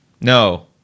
No